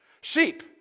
Sheep